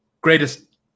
greatest